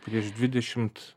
prieš dvidešimt